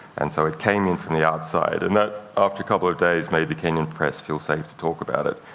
and so it came in from the outside. and that, after a couple of days, made the kenyan press feel safe to talk about it.